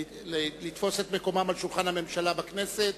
לתפוס את מקומם ליד שולחן הממשלה בכנסת